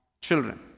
children